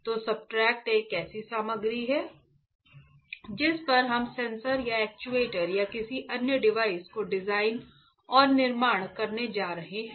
तो सब्सट्रेट एक ऐसी सामग्री है जिस पर हम सेंसर या एक्चुएटर या किसी अन्य डिवाइस को डिजाइन और निर्माण करने जा रहे हैं